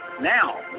Now